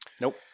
Nope